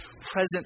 present